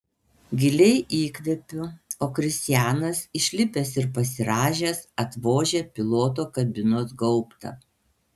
giliai įkvepiu o kristianas išlipęs ir pasirąžęs atvožia piloto kabinos gaubtą